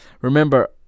Remember